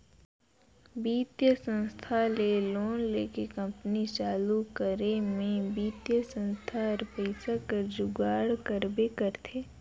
बित्तीय संस्था ले लोन लेके कंपनी चालू करे में बित्तीय संस्था हर पइसा कर जुगाड़ करबे करथे